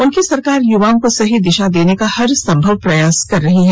उनकी सरकार युवाओं को सही दिशा देने का हर संभाव प्रयास कर रही है